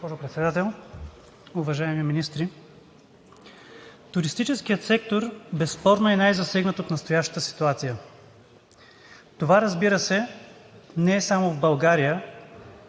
Туристическият сектор безспорно е най-засегнат от настоящата ситуация. Това, разбира се, не е само в България,